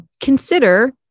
consider